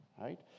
right